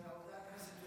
על עובדי הכנסת,